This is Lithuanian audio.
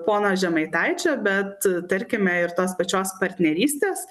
pono žemaitaičio bet tarkime ir tos pačios partnerystės